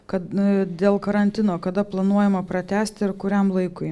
kad dėl karantino kada planuojama pratęsti ir kuriam laikui